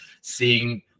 seeing